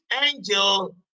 angel